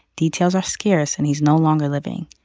details are scarce and he's no longer living.